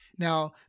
Now